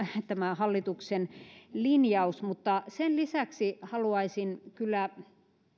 tämä hallituksen linjaus sen lisäksi haluaisin kyllä